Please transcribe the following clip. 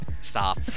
Stop